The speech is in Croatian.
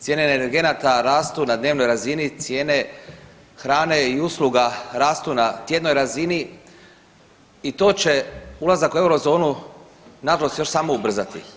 Cijene energenata rastu na dnevnoj razini, cijene hrane i usluga rastu na tjednoj razini i to će ulazak u Eurozonu naprosto još samo ubrzati.